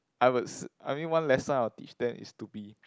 I would s~ I mean one lesson I will teach them is to be